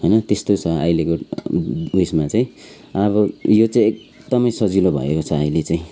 होइन त्यस्तै छ अहिलेको उयसमा चाहिँ अब यो चाहिँ एकदमै सजिलो भएको छ अहिले चाहिँ